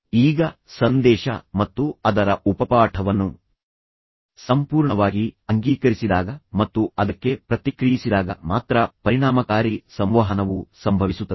ಈಗ ಸಂದೇಶ ಮತ್ತು ಅದರ ಉಪಪಾಠವನ್ನು ಸಂಪೂರ್ಣವಾಗಿ ಅಂಗೀಕರಿಸಿದಾಗ ಮತ್ತು ಅದಕ್ಕೆ ಪ್ರತಿಕ್ರಿಯಿಸಿದಾಗ ಮಾತ್ರ ಪರಿಣಾಮಕಾರಿ ಸಂವಹನವು ಸಂಭವಿಸುತ್ತದೆ